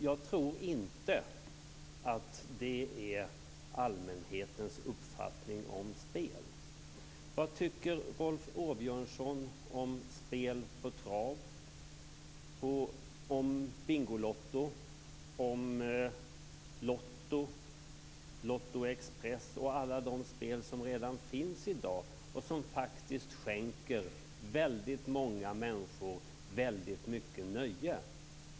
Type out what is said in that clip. Jag tror inte att det är allmänhetens uppfattning om spel. Bingolotto, lotto, Lotto Express och alla de andra spel som redan finns i dag och som faktiskt skänker väldigt många människor väldigt mycket nöje?